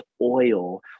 oil